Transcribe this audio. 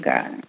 God